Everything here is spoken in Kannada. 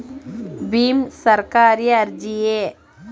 ಭೀಮ್ ಸರ್ಕಾರಿ ಅರ್ಜಿಯೇ?